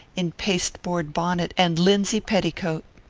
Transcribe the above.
in pasteboard bonnet and linsey petticoat.